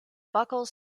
buckles